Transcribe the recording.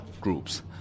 groups